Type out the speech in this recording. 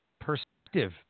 perspective